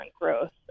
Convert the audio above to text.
growth